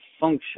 function